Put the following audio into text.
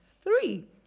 three